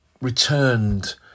returned